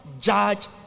judge